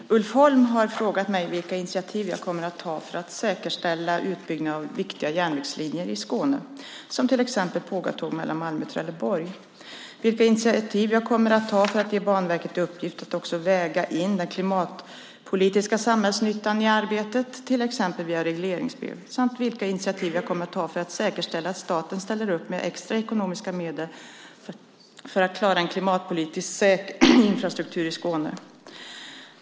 Fru talman! Ulf Holm har frågat mig vilka initiativ jag kommer att ta för att säkerställa utbyggnaden av viktiga järnvägslinjer i Skåne, som till exempel pågatåg mellan Malmö och Trelleborg, vilka initiativ jag kommer att ta för att ge Banverket i uppgift att också väga in den klimatpolitiska samhällsnyttan i sitt arbete, till exempel via regleringsbrev, samt vilka initiativ jag kommer att ta för att säkerställa att staten ställer upp med extra ekonomiska medel för att klara en klimatpolitiskt säker infrastruktur i Skåne.